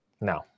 No